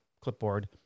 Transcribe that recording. clipboard